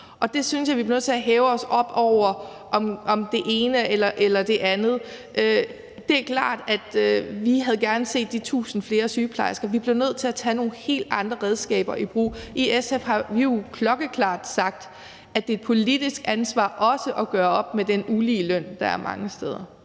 jeg synes, vi bliver nødt til at hæve os op over, om det er det ene eller det andet. Det er klart, at vi gerne havde set de 1.000 flere sygeplejersker. Vi bliver nødt til at tage nogle helt andre redskaber i brug. I SF har vi jo klokkeklart sagt, at det også er et politisk ansvar at gøre op med den uligeløn, der er mange steder.